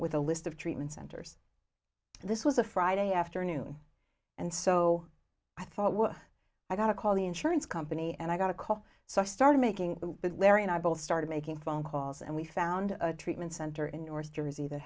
with a list of treatment centers this was a friday afternoon and so i thought well i got to call the insurance company and i got a call so i started making it larry and i both started making phone calls and we found a treatment center in north jersey that